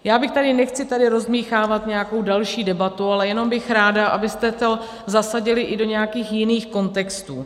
Já bych tady nechci tady rozdmýchávat nějakou další debatu, ale jenom bych ráda, abyste to zasadili i do nějakých jiných kontextů.